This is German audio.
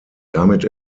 damit